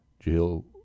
Jill